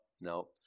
no